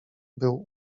był